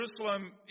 Jerusalem